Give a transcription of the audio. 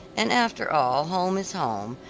and after all home is home,